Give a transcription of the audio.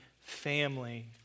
family